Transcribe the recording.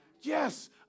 Yes